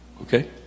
okay